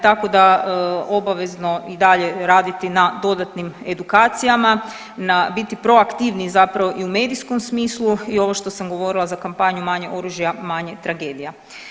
Tako da obavezno i dalje raditi na dodatnim edukacijama, na, biti proaktivniji zapravo i u medijskom smislu i ovo što sam govorila za kampanju Manje oružja, manje tragedija.